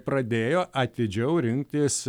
pradėjo atidžiau rinktis